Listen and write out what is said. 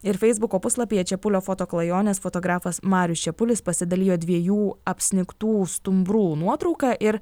ir feisbuko puslapyje čepulio foto klajonės fotografas marius čepulis pasidalijo dviejų apsnigtų stumbrų nuotrauka ir